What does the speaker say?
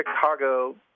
Chicago